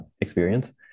experience